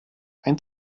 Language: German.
ein